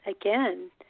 Again